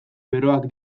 beroak